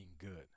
good